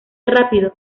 rápido